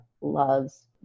loves